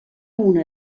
una